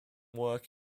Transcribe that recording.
work